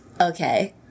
Okay